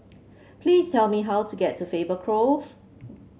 please tell me how to get to Faber Grove